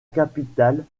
capitale